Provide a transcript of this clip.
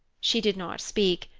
she did not speak,